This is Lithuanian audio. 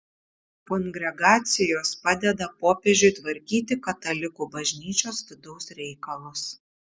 kongregacijos padeda popiežiui tvarkyti katalikų bažnyčios vidaus reikalus